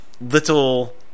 little